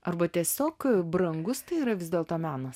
arba tiesiog brangus tai yra vis dėlto menas